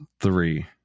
three